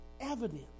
evidence